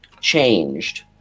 changed